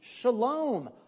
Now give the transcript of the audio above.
Shalom